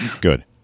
good